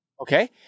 okay